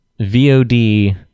VOD